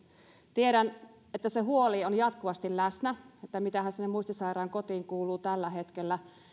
tiedän että se huoli on jatkuvasti läsnä että mitähän sinne muistisairaan kotiin kuuluu tällä hetkellä